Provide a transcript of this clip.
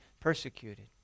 persecuted